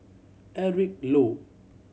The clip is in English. Eric Low